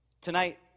Tonight